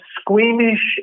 squeamish